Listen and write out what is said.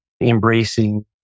embracing